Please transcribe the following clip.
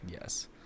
Yes